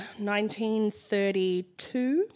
1932